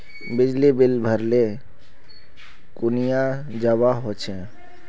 बिजली बिल भरले कुनियाँ जवा होचे?